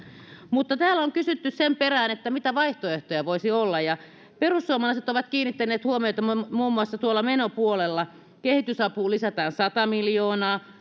mutta täällä on kysytty sen perään mitä vaihtoehtoja voisi olla ja perussuomalaiset ovat kiinnittäneet huomiota siihen että muun muassa tuolla menopuolella kehitysapuun lisätään sata miljoonaa